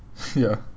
ya